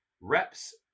Reps